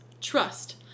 Trust